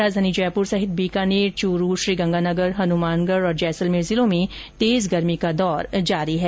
राजधानी जयपुर सहित बीकानेर चूरू श्रीगंगानगर हनुमानगढ और जैसलमेर जिलों में तेज गर्मी का दौर जारी है